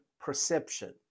perception